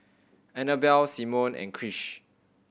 Annabell Simone and Krish